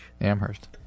Amherst